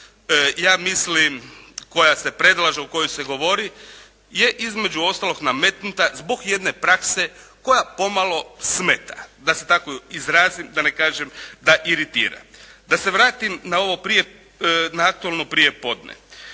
ja mislim koja se predlaže, o kojoj se govori je između ostalog nametnuta zbog jedne prakse koja pomalo smeta, da se tako izrazim da ne kažem da iritira. Da se vratim na ovo prije, na aktualno prije podne.